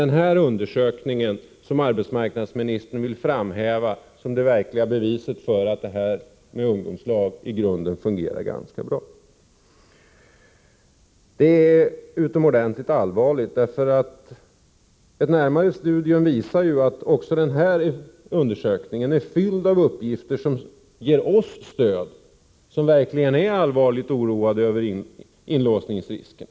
Det är denna undersökning som arbetsmarknadsministern vill framhäva som det verkliga beviset för att det här med ungdomslag i grunden fungerar ganska bra. Det är utomordentligt allvarligt, därför att vid ett närmare studium visar det sig att även den här undersökningen är full av uppgifter som ger oss stöd som verkligen är allvarligt oroade över det här med inlåsningsriskerna.